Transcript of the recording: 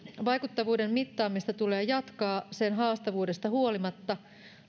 vaikuttavuuden mittaamista tulee jatkaa sen haastavuudesta huolimatta